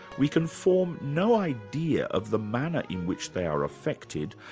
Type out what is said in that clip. we can form no idea of the manner in which they are affected,